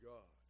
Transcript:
God